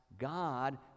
God